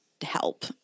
help